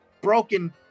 broken